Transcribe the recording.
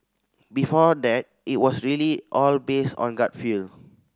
before that it was really all based on gut feel